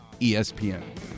ESPN